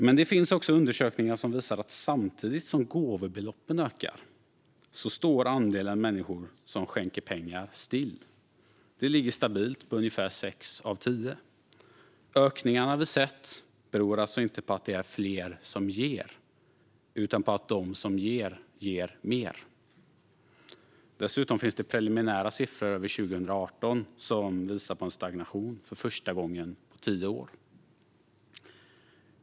Men det finns också undersökningar som visar att samtidigt som gåvobeloppen ökar står andelen människor som skänker pengar still. Det ligger stabilt på ungefär sex av tio. Ökningarna vi sett beror alltså inte på att det är fler som ger utan på att de som ger, ger mer. Dessutom finns det preliminära siffror över 2018 som visar på en stagnation, för första gången på tio år.